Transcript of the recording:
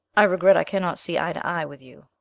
i regret i cannot see eye to eye with you,